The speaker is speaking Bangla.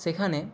সেখানে